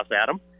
Adam